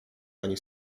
ani